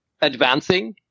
advancing